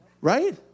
Right